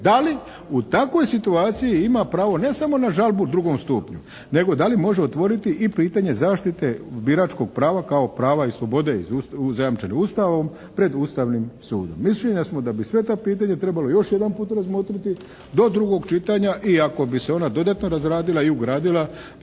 da li u takvoj situaciji ima pravo ne samo na žalbu u drugom stupnju, nego da li može otvoriti i pitanje zaštite biračkog prava kao prava i slobode zajamčene Ustavom pred Ustavnim sudom? Mišljenja smo da bi sva ta pitanja trebalo još jedanput razmotriti do drugog čitanja i ako bi se ona dodatno razradila i ugradila